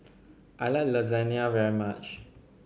I like Lasagna very much